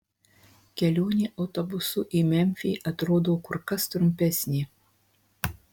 kelionė autobusu į memfį atrodo kur kas trumpesnė